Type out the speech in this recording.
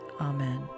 Amen